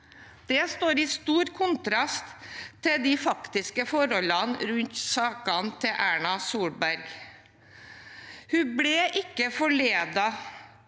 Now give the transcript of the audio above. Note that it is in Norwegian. Det står i stor kontrast til de faktiske forholdene rundt saken til Erna Solberg. Hun ble ikke forledet,